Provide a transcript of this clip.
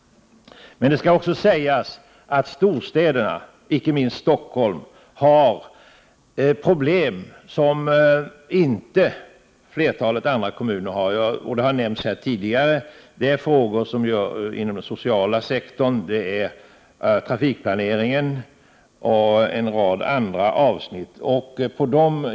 Men det skall också sägas att storstäderna — icke minst Stockholm — har problem som inte flertalet andra kommuner har; — Prot. 1988/89:129 det har nämnts här tidigare. Det är frågor som rör den sociala sektorn, det Gjuni 1989 gäller trafikplaneringen, m.m.